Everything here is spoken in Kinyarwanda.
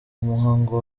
umuhango